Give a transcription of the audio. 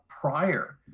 prior